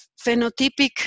phenotypic